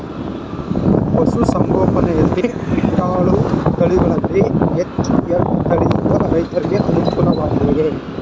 ಪಶು ಸಂಗೋಪನೆ ಯಲ್ಲಿ ಇಟ್ಟಳು ತಳಿಗಳಲ್ಲಿ ಎಚ್.ಎಫ್ ತಳಿ ಯಿಂದ ರೈತರಿಗೆ ಅನುಕೂಲ ವಾಗಿದೆಯೇ?